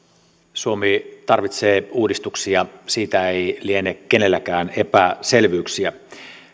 suomi tarvitsee uudistuksia siitä ei liene kenelläkään epäselvyyksiä